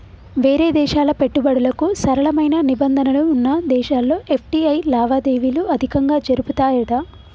వేరే దేశాల పెట్టుబడులకు సరళమైన నిబంధనలు వున్న దేశాల్లో ఎఫ్.టి.ఐ లావాదేవీలు అధికంగా జరుపుతాయట